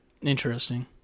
Interesting